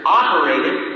operated